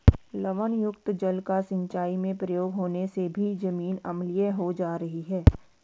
लवणयुक्त जल का सिंचाई में प्रयोग होने से भी जमीन अम्लीय हो जा रही है